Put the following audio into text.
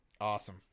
Awesome